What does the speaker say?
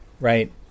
right